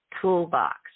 toolbox